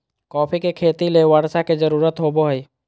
coffee के खेती ले बर्षा के जरुरत होबो हइ